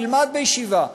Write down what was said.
ילמד בישיבה,